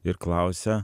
ir klausia